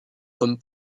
comme